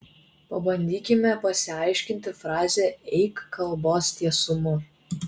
pabandykime pasiaiškinti frazę eik kalbos tiesumu